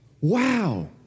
Wow